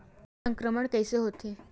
के संक्रमण कइसे होथे?